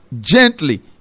gently